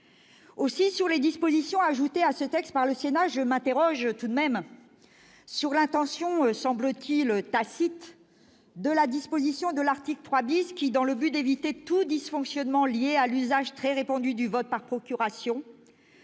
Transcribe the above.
Aussi, au sujet des dispositions ajoutées à ce texte par le Sénat, je m'interroge tout de même sur l'intention, semble-t-il tacite, de la disposition prévue à l'article 3 , qui, « dans le but d'éviter les dysfonctionnements liés à l'usage très répandu du vote par procuration